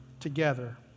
together